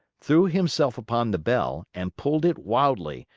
threw himself upon the bell, and pulled it wildly,